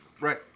Right